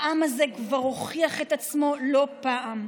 והעם הזה כבר הוכיח את עצמו לא פעם.